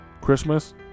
Christmas